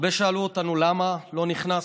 הרבה שאלו אותנו למה לא נכנסנו.